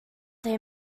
they